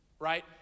Right